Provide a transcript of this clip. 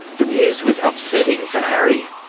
the news was upsetting for harry.